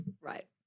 Right